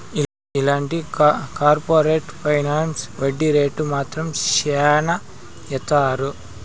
ఇలాంటి corporate finance వడ్డీ rate మాత్రం శ్యానా ఏత్తారు